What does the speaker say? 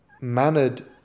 mannered